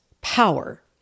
power